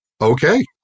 Okay